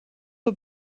are